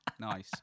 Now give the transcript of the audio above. nice